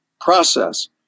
process